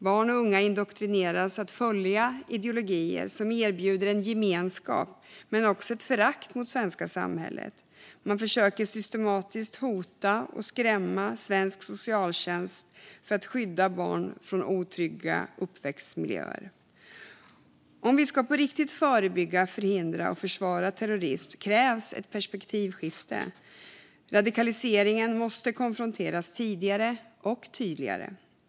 Barn och unga indoktrineras att följa ideologier som erbjuder gemenskap men också förakt mot det svenska samhället. Man försöker systematiskt hota och skrämma svensk socialtjänst från att skydda barn från otrygga uppväxtmiljöer. Om vi på riktigt ska förebygga, förhindra och försvåra terrorism krävs ett perspektivskifte. Radikaliseringen måste konfronteras tidigare och tydligare.